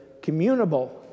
communable